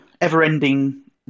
ever-ending